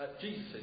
Jesus